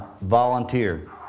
volunteer